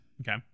Okay